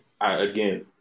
Again